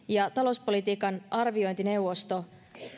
ja talouspolitiikan arviointineuvosto